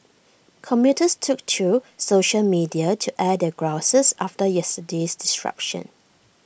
commuters took to social media to air their grouses after yesterday's disruption